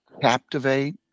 captivate